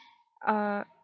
err